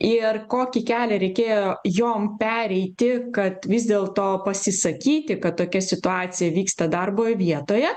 ir kokį kelią reikėjo jom pereiti kad vis dėlto pasisakyti kad tokia situacija vyksta darbo vietoje